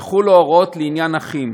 יחולו ההוראות לעניין אחים.